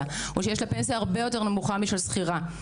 או שיש לה פנסיה הרבה יותר נמוכה משל שכירה.